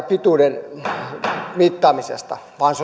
pituuden mittaamisesta vaan